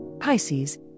Pisces